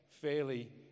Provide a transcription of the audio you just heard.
fairly